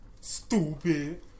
Stupid